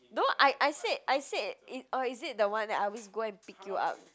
no I I said I said is oh is it the one that I always go and pick you up